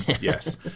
Yes